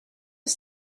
was